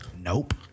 Nope